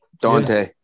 Dante